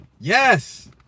Yes